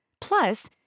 Plus